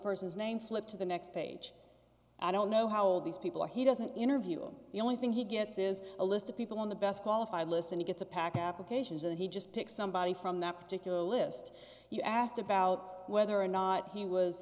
person's name flip to the next page i don't know how old these people are he doesn't interview them the only thing he gets is a list of people in the best qualified listen he gets a packet applications and he just picks somebody from that particular list you asked about whether or not he was